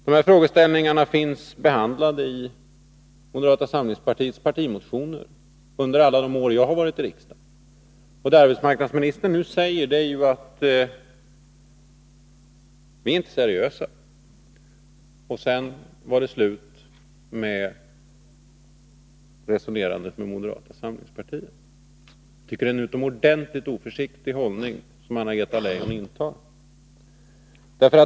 De här frågeställningarna finns behandlade i moderata samlingspartiets partimotioner under alla de år jag har varit i riksdagen. Vad arbetsmarknadsministern nu säger är att vi inte är seriösa. Och sedan var det slut med resonerandet med moderata samlingspartiet. Jag tycker att det är en utomordentligt oförsiktig hållning som Anna-Greta Leijon intar.